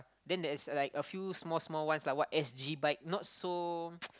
then there's like a few small small ones lah what s_g bikes not so